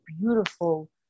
beautiful